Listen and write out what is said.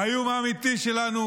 האיום האמיתי שלנו,